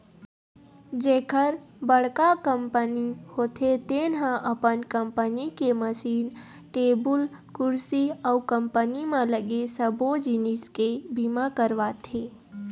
जेखर बड़का कंपनी होथे तेन ह अपन कंपनी के मसीन, टेबुल कुरसी अउ कंपनी म लगे सबो जिनिस के बीमा करवाथे